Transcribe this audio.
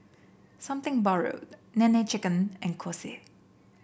Something Borrowed Nene Chicken and Kose